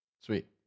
Sweet